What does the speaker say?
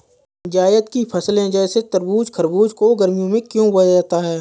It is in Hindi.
जायद की फसले जैसे तरबूज़ खरबूज को गर्मियों में क्यो बोया जाता है?